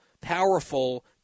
powerful